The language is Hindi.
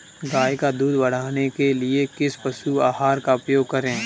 गाय का दूध बढ़ाने के लिए किस पशु आहार का उपयोग करें?